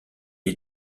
est